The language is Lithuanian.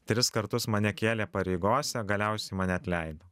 tris kartus mane kėlė pareigose galiausiai mane atleido